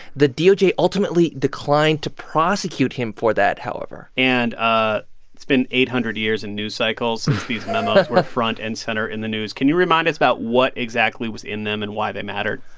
the doj ultimately declined to prosecute him for that, however and ah it's been eight hundred years in news cycles. since these memos were front and center in the news. can you remind us about what exactly was in them and why they mattered?